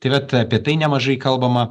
tai vat apie tai nemažai kalbama